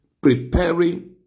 preparing